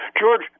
George